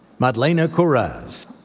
madlena kurasz,